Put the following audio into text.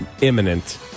imminent